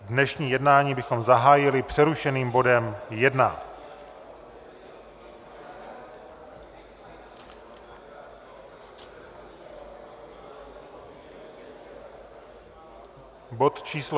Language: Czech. Dnešní jednání bychom zahájili přerušeným bodem číslo